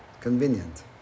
Convenient